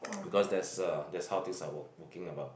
because that's uh that's how things work working about